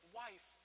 wife